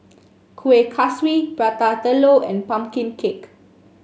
Kuih Kaswi Prata Telur and pumpkin cake